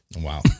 Wow